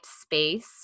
space